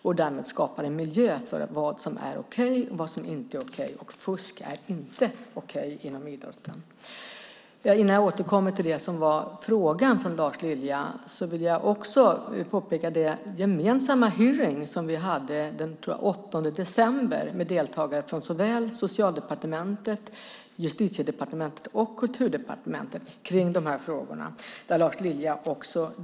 Därmed skapar man en miljö för vad som är okej och vad som inte är okej. Fusk är inte okej inom idrotten. Innan jag återkommer till Lars Liljas fråga vill jag nämna den gemensamma hearing om de här frågorna som vi hade den 8 december med deltagare från Socialdepartementet, Justitiedepartementet och Kulturdepartementet. Där deltog också Lars Lilja.